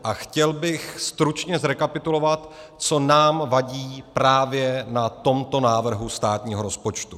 A chtěl bych stručně zrekapitulovat, co nám vadí právě na tomto návrhu státního rozpočtu.